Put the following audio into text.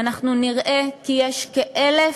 אנחנו נראה כי יש כ-1,000